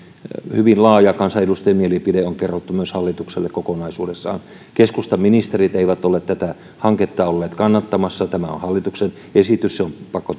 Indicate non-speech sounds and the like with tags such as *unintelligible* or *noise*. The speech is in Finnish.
hyvin laaja kansanedustajien mielipide on kerrottu myös hallitukselle kokonaisuudessaan keskustan ministerit eivät ole tätä hanketta olleet kannattamassa tämä on hallituksen esitys se on pakko *unintelligible*